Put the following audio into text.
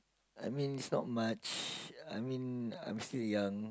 I mean it's not much I mean I'm still young